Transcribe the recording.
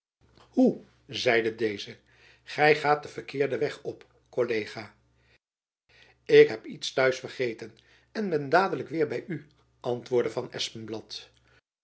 zeide deze gy gaat den verkeerden weg op kollega ik heb iets t'huis vergeten en ben dadelijk weder by u antwoordde van